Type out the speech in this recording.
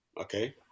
Okay